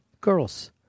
Girls